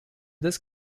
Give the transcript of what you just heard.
this